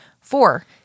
Four